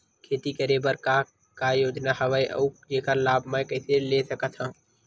खेती करे बर का का योजना हवय अउ जेखर लाभ मैं कइसे ले सकत हव?